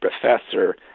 professor